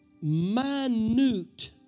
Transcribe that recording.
minute